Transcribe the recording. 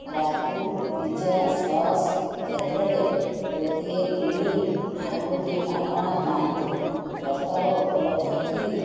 ରାଗୁ pizza sauce କ୍ଷେତ୍ରରେ ଗୋଟିଏ କିଣି ଆଉ ଗୋଟିଏ ମାଗଣା ପାଆନ୍ତୁ ପ୍ରସ୍ତାବ ଉପଲବ୍ଧ କି